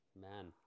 Man